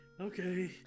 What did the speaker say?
Okay